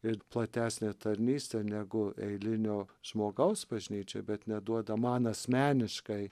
ir platesnė tarnystė negu eilinio žmogaus bažnyčioj bet neduoda man asmeniškai